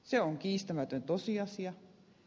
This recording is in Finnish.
se on kiistämätön tosiasia